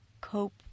cope